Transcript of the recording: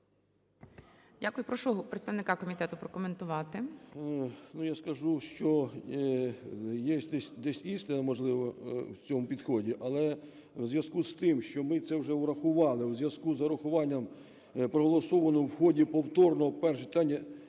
я скажу, що єсть десь істина, можливо, в цьому підході. Але у зв’язку з тим, що ми це вже врахували, у зв’язку з урахуванням проголосованої, в ході повторного першого